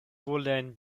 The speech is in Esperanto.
foliojn